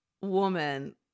woman